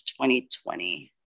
2020